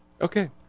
Okay